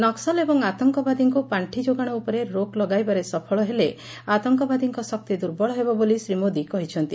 ନକ୍ୱଲ ଏବଂ ଆତଙ୍କବାଦୀଙ୍କୁ ପାଶ୍ବି ଯୋଗାଣ ଉପରେ ରୋକ୍ ଲଗାଇବାରେ ସଫଳ ହେଲେ ଆତଙ୍କବାଦୀଙ୍କ ଶକ୍ତି ଦୁର୍ବଳ ହେବ ବୋଲି ଶ୍ରୀ ମୋଦି କହିଛନ୍ତି